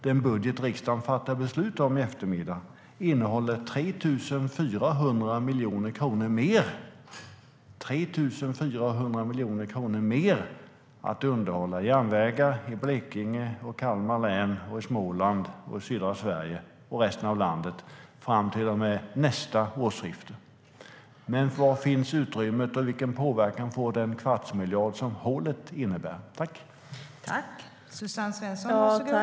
Den budget riksdagen fattar beslut om i eftermiddag innehåller 3 400 miljoner kronor mer till att underhålla järnvägar i Blekinge, i Kalmar län, i Småland, i södra Sverige och i resten av landet fram till och med nästa årsskifte.